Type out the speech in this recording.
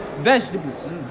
vegetables